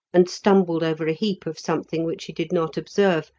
and stumbled over a heap of something which he did not observe,